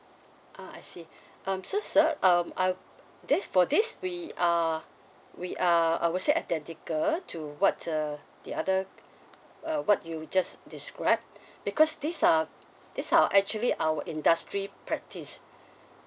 uh I see um so sir um uh this for this we are we are I would say identical towards uh the other uh what you just described because this uh this our actually our industry practice